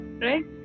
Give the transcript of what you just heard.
Right